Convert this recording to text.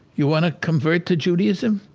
you want to convert to judaism?